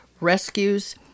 rescues